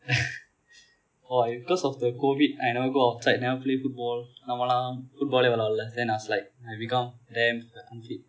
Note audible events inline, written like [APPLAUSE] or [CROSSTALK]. [LAUGHS] !wah! cause of the COVID I never go outside never play football நம்மல்லாம் :namma ellaam football விளையாட வில்லை:vilayaada villai then I was like I become damn unfit